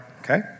Okay